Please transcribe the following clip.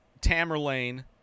Tamerlane